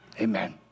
Amen